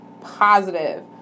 positive